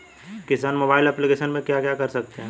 किसान mobile application पे क्या क्या कर सकते हैं?